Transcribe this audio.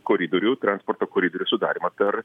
koridorių transporto koridorių sudarymą per